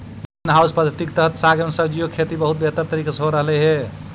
green house पद्धति के तहत साग एवं सब्जियों की खेती बहुत बेहतर तरीके से हो रहलइ हे